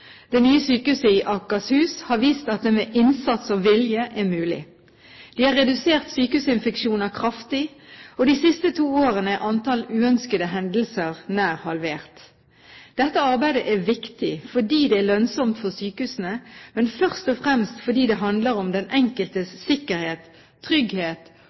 det nye sykehuset i Akershus, har vist at det med innsats og vilje er mulig. De har redusert sykehusinfeksjoner kraftig, og de siste to årene er antall uønskede hendelser nær halvert. Dette arbeidet er viktig fordi det er lønnsomt for sykehusene, men først og fremst fordi det handler om den enkelte pasients sikkerhet, trygghet